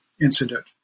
incident